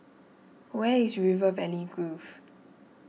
where is River Valley Grove